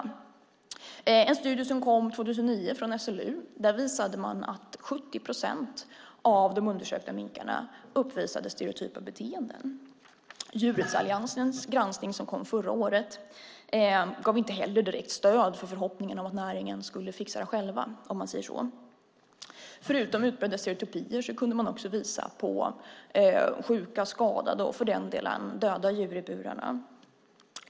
I en studie som kom från SLU 2009 visades att 70 procent av de undersökta minkarna uppvisade stereotypa beteenden. Djurrättsalliansens granskning, som kom förra året, gav inte heller direkt stöd åt förhoppningen om att näringen skulle fixa detta själva, om jag säger så. Förutom utbredda stereotypier kunde man också visa på sjuka, skadade och för den delen döda djur i burarna.